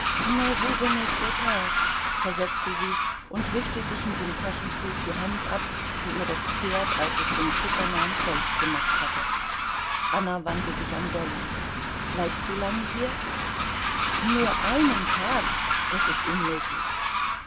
versetzte sie und wischte sich mit dem taschentuch die hand ab die ihr das pferd als es den zucker nahm feucht gemacht hatte anna wandte sich an dolly bleibst du lange hier nur einen tag das ist unmöglich